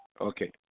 Okay